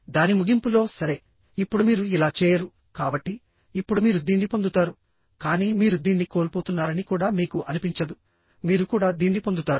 దాని ముగింపులో సరే ఇప్పుడు మీరు ఇలా చేయరు కాబట్టి ఇప్పుడు మీరు దీన్ని పొందుతారు కానీ మీరు దీన్ని కోల్పోతున్నారని కూడా మీకు అనిపించదు మీరు కూడా దీన్ని పొందుతారు